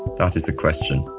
that is the question.